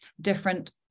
different